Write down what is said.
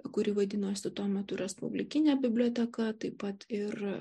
kuri vadinosi tuo metu respublikinė biblioteka taip pat ir